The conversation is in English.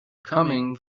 coming